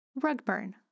Rugburn